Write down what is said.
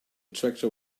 tractor